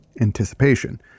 anticipation